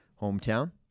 hometown